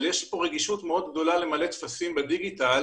יש כאן רגישות מאוד גדולה למלא טפסים בדיגיטל